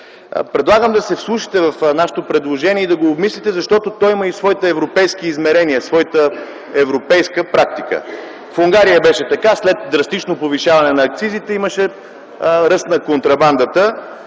Предлагам да се вслушате в нашето предложение и да го обмислите, защото то има и своите европейски измерения, своята европейска практика. В Унгария беше така – след драстично повишаване на акцизите имаше ръст на контрабандата,